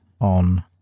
on